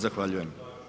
Zahvaljujem.